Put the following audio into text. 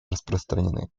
распространены